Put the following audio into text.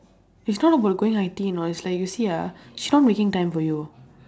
it's not about going I_T_E you know it's like you see ah she not making time for you